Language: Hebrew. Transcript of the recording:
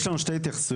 יש לנו שתי התייחסויות.